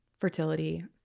fertility